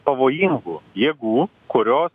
pavojingų jėgų kurios